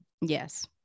yes